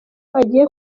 agiye